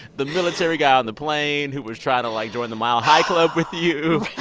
the military guy on the plane who was trying to, like, join the mile-high club with you.